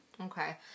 Okay